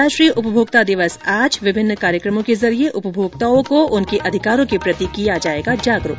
राष्ट्रीय उपभोक्ता दिवस आज विभिन्न कार्यक्रमों के जरिये उपभोक्ताओं को उनके अधिकारों के प्रति किया जाएगा जागरूक